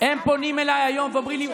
הם פונים אליי היום ואומרים לי,